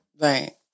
Right